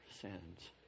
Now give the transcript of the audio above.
sins